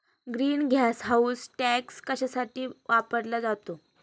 Green gas house tax कशासाठी वापरला जातो?